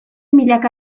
milaka